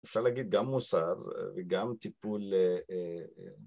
אפשר להגיד גם מוסר וגם טיפול אה... אה... אה...